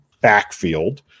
backfield